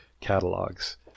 catalogs